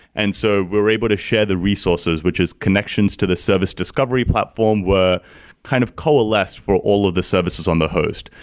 and so we're able to share the resources, which is connections to the service discovery platform were kind of coalesce for all of the services on the host.